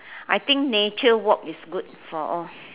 I think nature walk is good for all